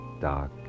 dark